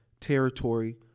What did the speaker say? territory